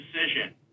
decision